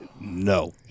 no